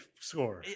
score